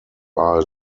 are